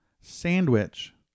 sandwich